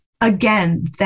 again